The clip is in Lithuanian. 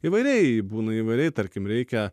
įvairiai būna įvairiai tarkim reikia